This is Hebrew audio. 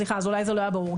סליחה, אולי זה לא היה ברור.